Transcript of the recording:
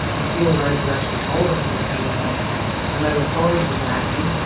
a few of those have actually told us they've seen what happened and they were sorry for what happened.